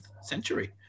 century